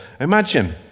Imagine